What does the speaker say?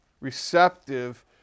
receptive